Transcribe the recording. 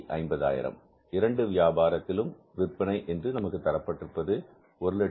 2 வியாபாரத்திலும் விற்பனை என்று நமக்கு தரப்படுவது 150000